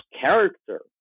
character